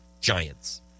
Giants